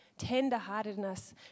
Tenderheartedness